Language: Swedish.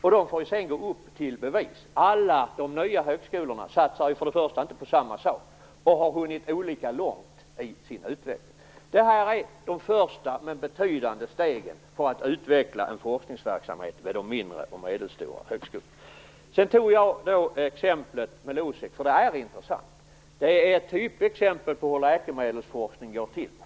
Sedan får man gå upp till bevis. Alla de nya högskolorna satsar inte på samma sak, och de har hunnit olika långt i sin utveckling. Det här är de första, men betydande, stegen för att utveckla forskningsverksamhet vid de mindre och medelstora högskolorna. Sedan tog jag upp exemplet med Losec för att det är intressant. Det är ett typexempel på hur läkemedelsforskning går till.